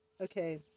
Okay